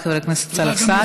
תודה רבה לחבר הכנסת סאלח סעד.